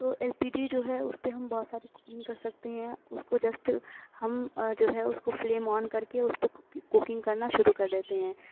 اور L P G جو ہے اس پہ ہم بہت ساری کوکنگ کر سکتے ہیں اس کو جسٹ ہم جو ہے اس کو فلیم آن کر کے اس پہ کوکنگ کر نا شروع کر دیتے ہیں